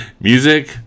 Music